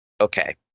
okay